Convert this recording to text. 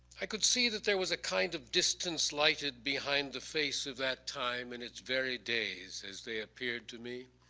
i could see that there was a kind of distance lighted behind the face of that time and it's very days as they appeared to me,